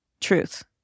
truth